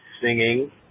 singing